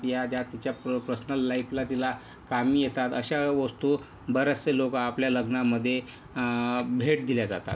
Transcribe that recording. या ज्या तिच्या पर्सनल लाईफला तिला कामी येतात अशा वस्तू बरेचसे लोकं आपल्या लग्नामध्ये भेट दिल्या जातात